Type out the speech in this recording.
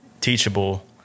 teachable